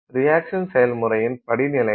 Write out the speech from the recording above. reaction செயல்முறையின் படிநிலைகள்